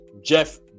Jeff